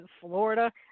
Florida